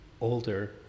older